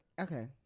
Okay